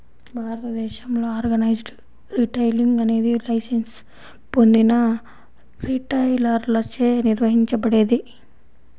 భారతదేశంలో organised retailing అనేది licence పొందిన రిటైలర్లచే నిర్వహించబడేది